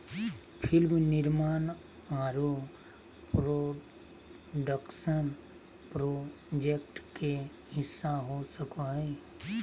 film निर्माण आरो production project के हिस्सा हो सको हय